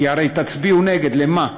כי הרי תצביעו נגד, לְמה?